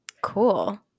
Cool